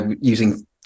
using